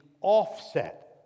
offset